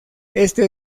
este